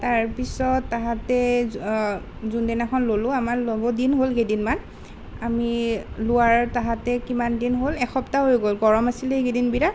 তাৰপিছত তাহাঁতে যোনদিনাখন ল'লোঁ আমাৰ ল'বৰ দিন হ'ল কেইদিনমান আমি লোৱাৰ তাহাঁতে কিমান দিন হ'ল এসপ্তাহ হৈ গ'ল গৰম আছিল এইকেইদিন বিৰাট